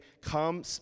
come